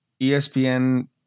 ESPN